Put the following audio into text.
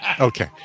Okay